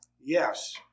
yes